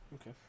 Okay